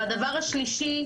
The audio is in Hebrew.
והדבר השלישי,